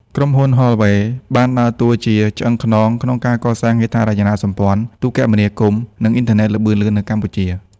ក្រុមហ៊ុន Huawei បានដើរតួជាឆ្អឹងខ្នងក្នុងការកសាងហេដ្ឋារចនាសម្ព័ន្ធទូរគមនាគមន៍ និងអ៊ីនធឺណិតល្បឿនលឿននៅកម្ពុជា។